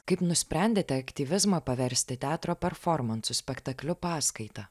kaip nusprendėte aktyvizmą paversti teatro performansu spektakliu paskaita